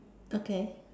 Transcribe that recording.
okay